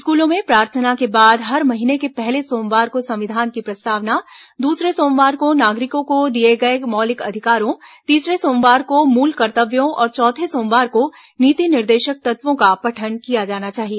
स्कूलों में प्रार्थना के बाद हर महीने के पहले सोमवार को संविधान की प्रस्तावना दूसरे सोमवार को नागरिकों को दिए गए मौलिक अधिकारों तीसरे सोमवार को मूल कर्तव्यों और चौथे सोमवार को नीति निर्देशक तत्यों का पठन किया जाना चाहिए